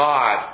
God